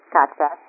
Gotcha